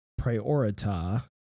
priorita